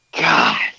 God